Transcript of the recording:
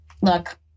Look